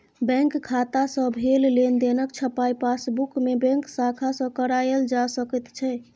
bank खाता सँ भेल लेनदेनक छपाई पासबुकमे बैंक शाखा सँ कराएल जा सकैत छै